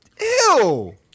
ew